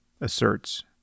asserts